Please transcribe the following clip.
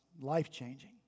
life-changing